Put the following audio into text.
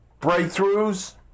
breakthroughs